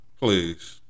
please